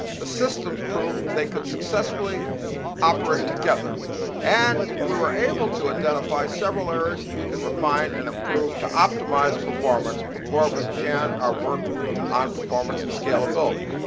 the systems proved they could successfully operate together and we were able to identify several areas we could refine and improve to optimize performance before we began our work on performance and scalability.